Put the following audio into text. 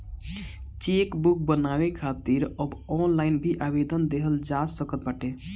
chequebook बनवावे खातिर अब ऑनलाइन भी आवेदन देहल जा सकत बाटे